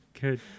Good